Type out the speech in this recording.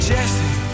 Jesse